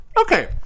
okay